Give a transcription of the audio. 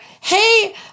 Hey